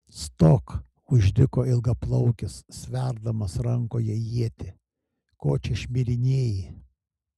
stok užriko ilgaplaukis sverdamas rankoje ietį ko čia šmirinėji